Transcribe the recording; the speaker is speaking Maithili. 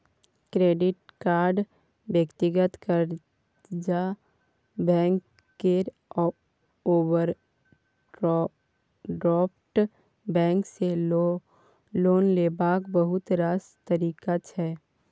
क्रेडिट कार्ड, व्यक्तिगत कर्जा, बैंक केर ओवरड्राफ्ट बैंक सँ लोन लेबाक बहुत रास तरीका छै